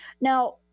Now